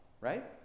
right